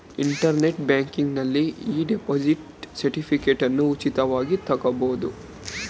internet ಬ್ಯಾಂಕಿಂಗ್ನಲ್ಲಿ ಇ deposit ಸರ್ಟಿಫಿಕೇಟನ್ನ ಉಚಿತವಾಗಿ ತಗೊಬೋದು